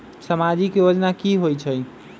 समाजिक योजना की होई छई?